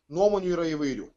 nuomonių yra įvairių